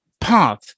path